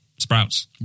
sprouts